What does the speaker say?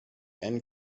end